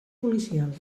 policial